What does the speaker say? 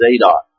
Zadok